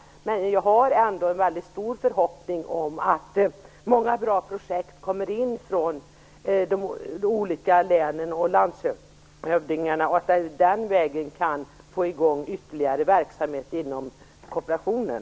Jag har dock stor förhoppning om att det kommer in många bra projekt från de olika länen och landshövdingarna och att vi den vägen kan få i gång ytterligare verksamhet inom kooperationen.